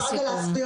אני רוצה רגע להסביר,